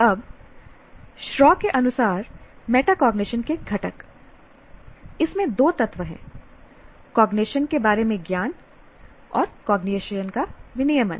अब शराव के अनुसार मेटाकॉग्निशन के घटक इसमें दो तत्व हैं कॉग्निशन के बारे में ज्ञान कॉग्निशन का विनियमन